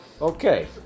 Okay